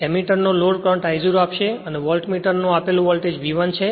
ammeter નો load current I0 આપશે અને વોલ્ટમીટર નો આપેલ વોલ્ટેજ V1 છે